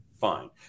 fine